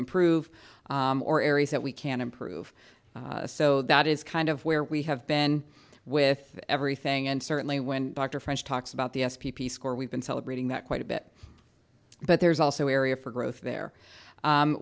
improve or areas that we can improve so that is kind of where we have been with everything and certainly when dr french talks about the s p p score we've been celebrating that quite a bit but there's also area for growth there